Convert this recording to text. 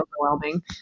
overwhelming